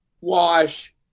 wash